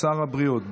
שר הבריאות,